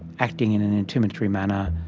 acting in an intimidatory manner.